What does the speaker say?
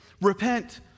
Repent